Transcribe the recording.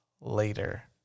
later